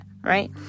right